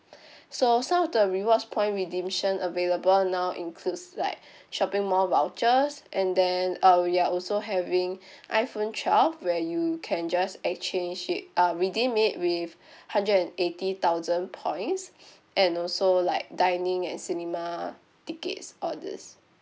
so some of the rewards point redemption available now includes like shopping mall vouchers and then uh we are also having iphone twelve where you can just exchange it uh redeem it with hundred and eighty thousand points and also like dining and cinema tickets all these